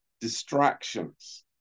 distractions